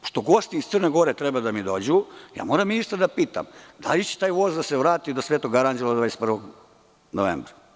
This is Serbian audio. Pošto gosti iz Crne Gore treba da mi dođu, moram ministra da pitam – da li će taj voz da se vrati do Svetog Aranđela, do 21. novembra?